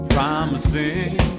Promising